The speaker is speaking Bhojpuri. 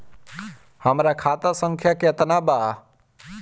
हमरा खाता संख्या केतना बा?